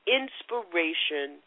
inspiration